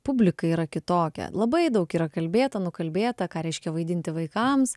publika yra kitokia labai daug yra kalbėta nukalbėta ką reiškia vaidinti vaikams